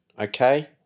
okay